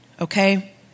okay